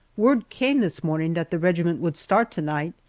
word came this morning that the regiment would start to-night,